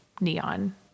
neon